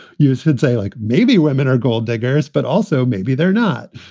use would say, like maybe women are gold diggers, but also maybe they're not.